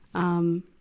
um,